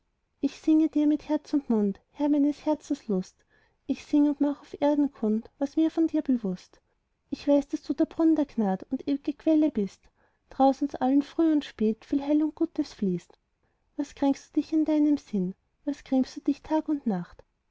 ich singe dir mit herz und mund herr meines herzens lust ich sing und mach auf erden kund was mir von dir bewußt ich weiß daß du der brunn'n der gnad und ew'ge quelle bist daraus uns allen früh und spat viel heil und gutes fließt was kränkst du dich in deinem sinn und grämst dich tag und nacht